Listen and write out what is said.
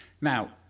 Now